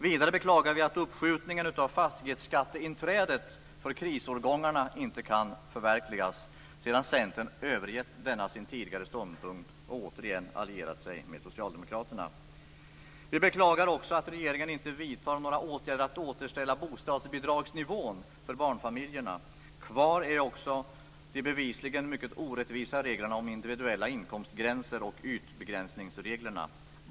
Vidare beklagar vi att uppskjutningen av fastighetsskatteinträdet för krisårgångarna inte kan förverkligas sedan Centern övergett denna sin tidigare ståndpunkt och återigen allierat sig med socialdemokraterna. Vi beklagar också att regeringen inte vidtar några åtgärder för att återställa bostadsbidragsnivån för barnfamiljerna. Kvar är också de bevisligen mycket orättvisa reglerna om individuella inkomstgränser och utbegränsningsreglerna.